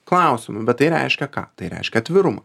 klausimų bet tai reiškia ką tai reiškia atvirumą